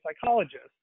psychologist